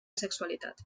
sexualitat